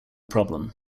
problem